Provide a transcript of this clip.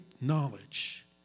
knowledge